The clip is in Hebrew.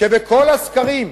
כי בכל הסקרים,